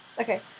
Okay